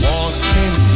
Walking